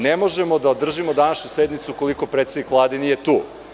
Ne možemo da održimo današnju sednicu ukoliko predsednik Vlade nije tu.